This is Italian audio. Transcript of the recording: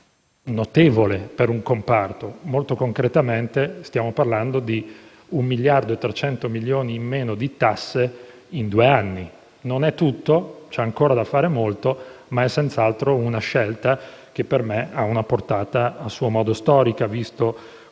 notevole per un comparto. Molto concretamente, stiamo parlando di un miliardo e 300 milioni in meno di tasse in due anni. Non è tutto, vi è ancora molto da fare, ma è senz'altro una scelta che, a mio avviso, ha una portata a suo modo storica, visto come il